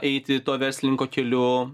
eiti to verslininko keliu